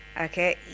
okay